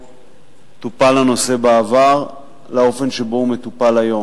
טופל הנושא בעבר לאופן שבו הוא מטופל היום.